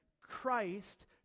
Christ